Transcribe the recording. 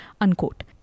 unquote